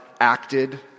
acted